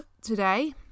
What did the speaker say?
today